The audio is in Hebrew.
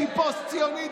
שהיא פוסט-ציונית,